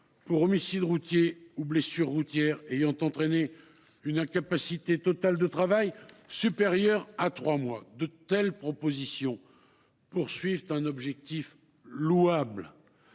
pour homicide routier ou blessure routière ayant entraîné une incapacité totale de travail supérieure à trois mois. De telles propositions visent un objectif louable.